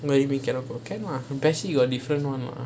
what you mean cannot go can [what] P_E_S_C got different [one] [what]